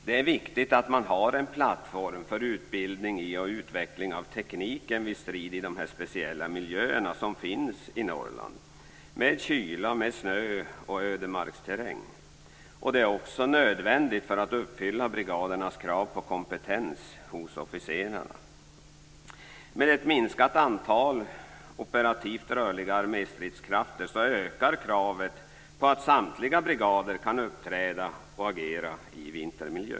Det är viktigt att man har en plattform för utbildning i och utveckling av tekniken vid strid i de speciella miljöer som finns i Norrland med kyla, snö och ödemarksterräng. Det är också nödvändigt för att uppfylla brigadernas krav på kompetens hos officerarna. Med ett minskat antal operativt rörliga arméstridskrafter ökar kravet på att samtliga brigader kan uppträda och agera i vintermiljö.